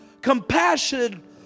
compassion